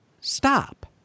stop